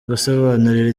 gusobanurira